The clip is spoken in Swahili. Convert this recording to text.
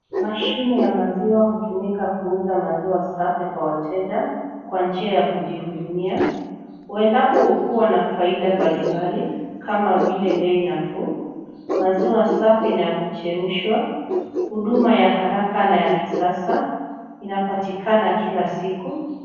Mashini ya maziwa hutumika kuuza maziwa safi kwa wateja kwa njia ya kujihudumia uendapo huwa na faida mbalimbali kama vile, bei nafuu, maziwa safi na ya kuchemshwa, huduma ya haraka na ya kisasa, inapatikana kila siku.